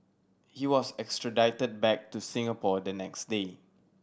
he was extradited back to Singapore the next day